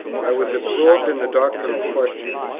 i was absorbed in the doctrinal question.